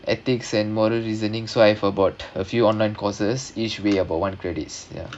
ethics and moral reasonings so I have about a few online courses each weigh about one credits ya